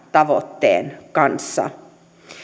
tavoitteen kanssa